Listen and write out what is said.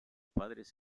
padres